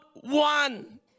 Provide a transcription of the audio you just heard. one